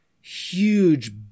huge